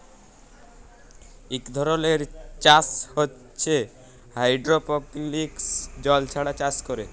ইক ধরলের চাষ হছে হাইডোরোপলিক্স জল ছাড়া চাষ ক্যরে